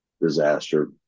disaster